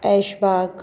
ऐश बाग